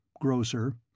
grocer